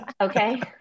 okay